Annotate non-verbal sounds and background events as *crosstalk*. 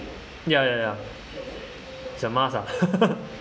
ya ya ya it's a must ah *laughs*